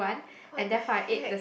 what the heck